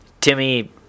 Timmy